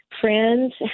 friends